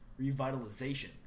Revitalization